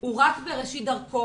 הוא רק בראשית דרכו.